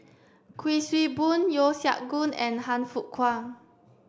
Kuik Swee Boon Yeo Siak Goon and Han Fook Kwang